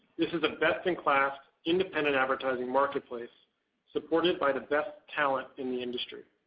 this is the best-in-class independent advertising marketplace supported by the best talent in the industry.